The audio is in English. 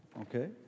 okay